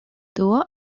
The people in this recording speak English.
duo